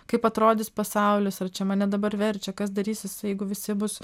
kaip atrodys pasaulis ar čia mane dabar verčia kas darysis o jeigu visi bus